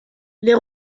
les